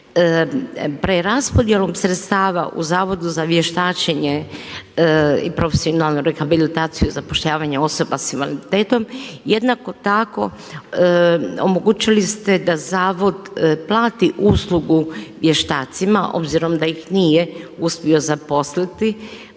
Preraspodjelom sredstava u Zavodu za vještačenje i profesionalnu rehabilitaciju i zapošljavanje osoba sa invaliditetom jednako tako omogućili ste da zavod plati uslugu vještacima obzirom da ih nije uspio zaposliti,